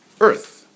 earth